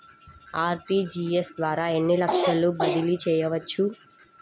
RTGS ద్వారా ఎన్ని లక్షలు బదిలీ చేయవచ్చు?